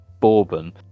bourbon